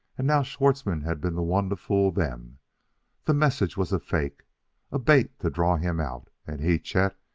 and now schwartzmann had been the one to fool them the message was a fake a bait to draw him out and he, chet,